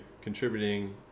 contributing